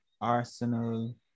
Arsenal